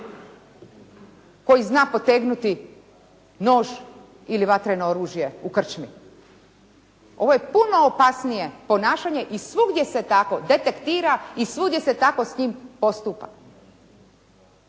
koji zna potegnuti nož ili vatreno oružje u krčmi. Ovo je puno opasnije ponašanje i svugdje se tako detektira i svugdje se tako s njim postupa.